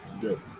Good